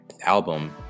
album